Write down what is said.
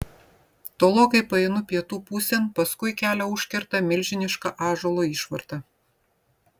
tolokai paeinu pietų pusėn paskui kelią užkerta milžiniška ąžuolo išvarta